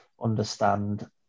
understand